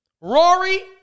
Rory